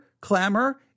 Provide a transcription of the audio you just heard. clamor